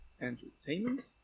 Entertainment